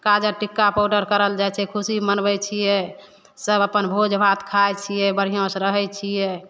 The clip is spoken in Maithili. काजर टिक्का पाउडर करल जाइ छै खुशी मनबै छियै तब अपन भोजभात खाइ छियै बढ़िऑंसॅं रहै छियै